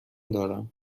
دارم